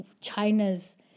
China's